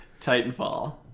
Titanfall